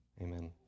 Amen